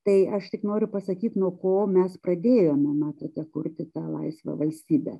tai aš tik noriu pasakyt nuo ko mes pradėjome matote kurti tą laisvą valstybę